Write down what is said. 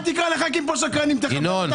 צא החוצה.